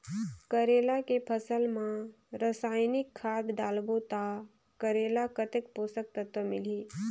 करेला के फसल मा रसायनिक खाद डालबो ता करेला कतेक पोषक तत्व मिलही?